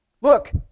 Look